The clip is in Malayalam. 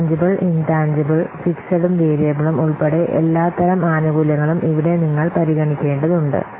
ടാൻജിബിൽ ഇൻടാൻജിബിൽ ഫിക്സെടും വേരിയബിളും ഉൾപ്പെടെ എല്ലാത്തരം ആനുകൂല്യങ്ങളും ഇവിടെ നിങ്ങൾ പരിഗണിക്കേണ്ടതുണ്ട്